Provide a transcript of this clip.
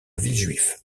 villejuif